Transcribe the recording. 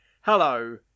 Hello